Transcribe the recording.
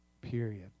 period